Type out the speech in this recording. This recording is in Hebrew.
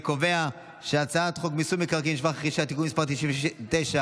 אני קובע שהצעת חוק מיסוי מקרקעין (שבח ורכישה) (תיקון מס' 99),